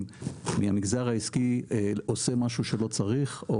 מהמגזר העסקי עושה משהו שלא צריך.